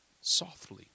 softly